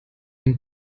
ein